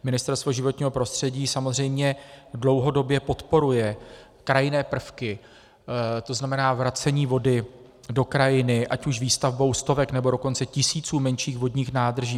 Ministerstvo životního prostředí samozřejmě dlouhodobě podporuje krajinné prvky, to znamená vracení vody do krajiny ať už výstavbou stovek, nebo dokonce tisíců menších vodních nádrží.